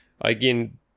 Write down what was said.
again